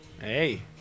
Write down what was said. Hey